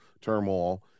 turmoil